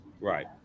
Right